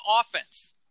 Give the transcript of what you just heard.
offense